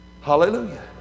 Hallelujah